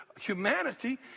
humanity